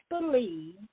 believe